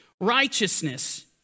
righteousness